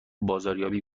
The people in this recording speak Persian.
بازاریابی